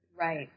Right